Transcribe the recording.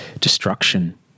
destruction